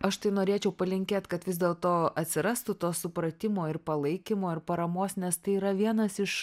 aš tai norėčiau palinkėt kad vis dėl to atsirastų to supratimo ir palaikymo ir paramos nes tai yra vienas iš